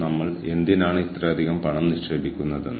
മാനേജ്മെന്റിന്റെ പിന്തുണ നിർണായകമാണ്